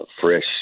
fresh